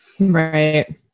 right